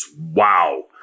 Wow